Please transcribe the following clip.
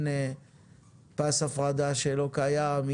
הנה פס הפרדה שלא קיים,